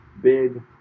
big